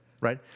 right